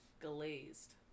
glazed